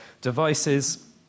devices